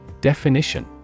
Definition